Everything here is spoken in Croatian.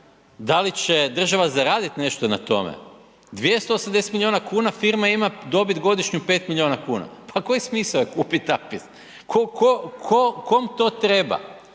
da li će država zaraditi nešto na tome? 280 milijuna kuna firma ima dobit godišnju 5 milijuna kuna. Pa koji smisao je kupiti APIS? Kome to treba?